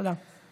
תודה.